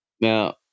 Now